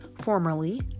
formerly